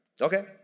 Okay